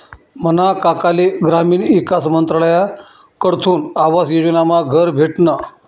मना काकाले ग्रामीण ईकास मंत्रालयकडथून आवास योजनामा घर भेटनं